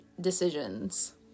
decisions